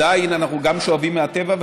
עדיין אנחנו גם שואבים מהטבע,